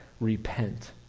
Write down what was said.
repent